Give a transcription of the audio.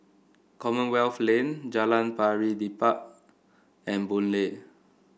Commonwealth Lane Jalan Pari Dedap and Boon Lay